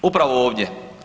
Upravo ovdje.